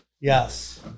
Yes